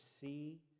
see